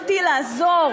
תתביישי לך.